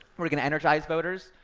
we're gonna energize voters,